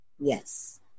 Yes